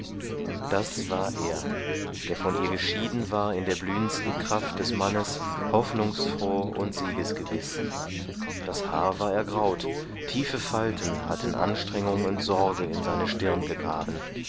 das war er der von ihr geschieden war in der blühendsten kraft des mannes hoffnungsfroh und siegesgewiß das haar war ergraut tiefe falten hatten anstrengung und sorge in seine stirn gegraben